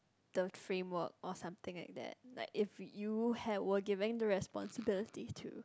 the framework or something like that like if you ha~ were given the responsibility to